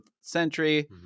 century